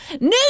New